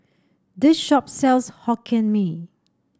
this shop sells Hokkien Mee